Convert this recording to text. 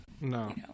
No